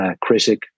critic